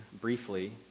briefly